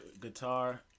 guitar